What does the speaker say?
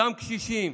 אותם קשישים,